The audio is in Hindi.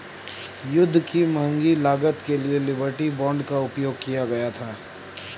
युद्ध की महंगी लागत के लिए लिबर्टी बांड का उपयोग किया गया था